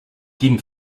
quin